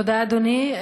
תודה, אדוני.